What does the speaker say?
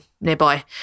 nearby